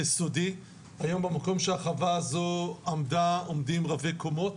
היום במקום של החווה הזו עומדים רבי קומות,